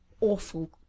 awful